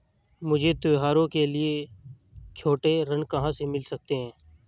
मुझे त्योहारों के लिए छोटे ऋण कहां से मिल सकते हैं?